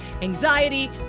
anxiety